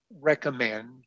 recommend